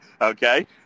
Okay